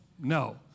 No